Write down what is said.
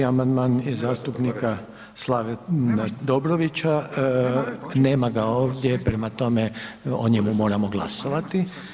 4. amandman zastupnika Slavena Dobrovića, nema ga ovdje, prema tome o njemu moramo glasovati.